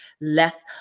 less